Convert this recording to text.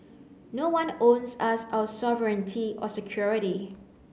no one owes us our sovereignty or security